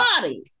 body